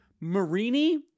Marini